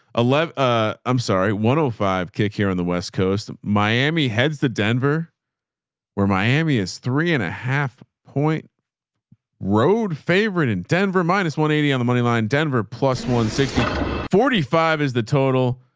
eleven ah i'm sorry. one oh five kick here on the west coast. miami head's the denver where miami is three and a half point road favorite in denver, minus one eighty on the moneyline denver plus one sixty forty five is the total.